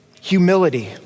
Humility